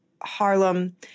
Harlem